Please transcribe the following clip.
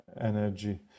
energy